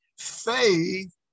faith